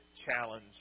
challenge